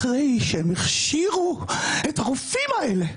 אחרי שהם הכשירו את הרופאים האלה,